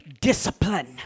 Discipline